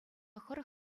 хӑрӑк